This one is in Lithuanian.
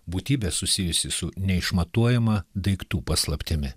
būtybė susijusi su neišmatuojama daiktų paslaptimi